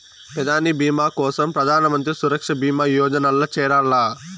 పెదాని బీమా కోసరం ప్రధానమంత్రి సురక్ష బీమా యోజనల్ల చేరాల్ల